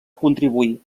contribuir